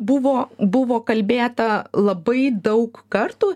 buvo buvo kalbėta labai daug kartų